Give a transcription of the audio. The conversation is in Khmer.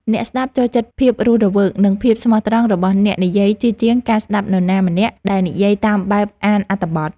អ្នកស្ដាប់ចូលចិត្តភាពរស់រវើក និងភាពស្មោះត្រង់របស់អ្នកនិយាយជាជាងការស្តាប់នរណាម្នាក់ដែលនិយាយតាមបែបអានអត្ថបទ។